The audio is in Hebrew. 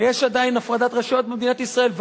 ויש עדיין הפרדת רשויות במדינת ישראל,